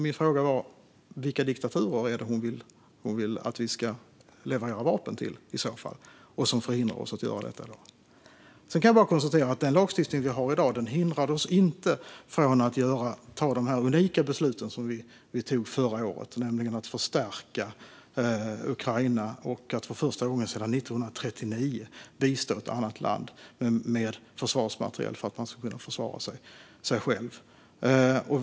Min fråga var vilka diktaturer hon vill att vi ska leverera vapen till. Nuvarande lagstiftning förhindrar oss att göra det. Den lagstiftning vi har i dag hindrade oss dock inte från att ta de unika beslut som vi tog förra året om att förstärka Ukraina och för första gången sedan 1939 bistå ett annat land med försvarsmateriel för att det ska kunna försvara sig självt.